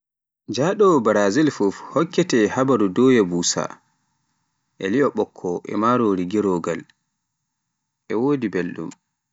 Njaɗo Brazil fuf, hokkete habaruu, doya busa e lie ɓokko e marori gerogal, e wodi belɗum.